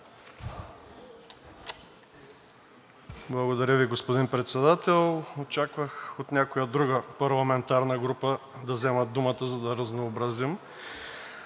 Благодаря Ви, господин Председател. Очаквах от някоя друга парламентарна група да вземат думата, за да разнообразим.